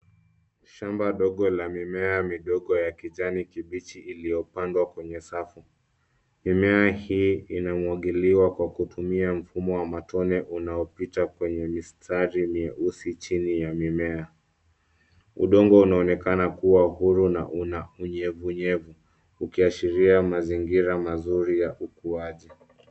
Shamba dogo la mimea midogo ya kijani kibichi iliyopandwa kwenye safu ,mimea hii inamwagiliwa kwa kutumia mfumo wa matone unaopita kwenye mistari ni nyeusi chini ya mimea udongo unaonekana kuwa uhuru na una unyevunyevu, ukiashiria mazingira mazuri ya ukuaji.